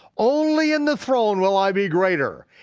only in the throne will i be greater.